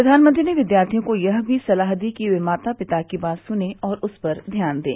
प्रधानमंत्री ने विद्यार्थियों को यह भी सलाह दी कि वे माता पिता की बात सुने और उस पर ध्यान दें